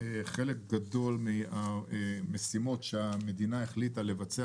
חלק גדול מהמשימות שהמדינה החליטה לבצע